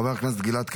חבר הכנסת גלעד קריב,